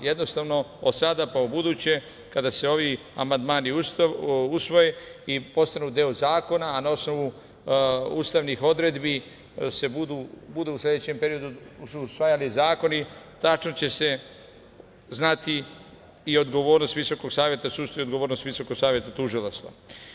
Jednostavno od sada pa u buduće, kada se ovi amandmani usvoje i postanu deo zakona, a na osnovu ustavnih odredbi budu se u sledećem periodu usvajali zakoni, tačno će se znati i odgovornost Visokog saveta sudstva i odgovornost Visokog saveta tužilaštva.